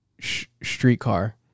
Streetcar